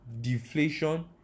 deflation